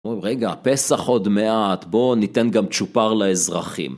הוא אומר רגע, פסח עוד מעט, בוא ניתן גם צ'ופר לאזרחים.